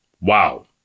Wow